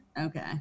Okay